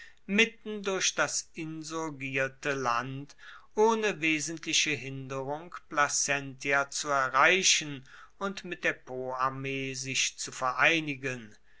mitten durch das insurgierte land ohne wesentliche hinderung placentia zu erreichen und mit der poarmee sich zu vereinigen